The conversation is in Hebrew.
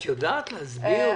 את יודעת להסביר?